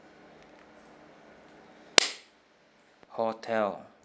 hotel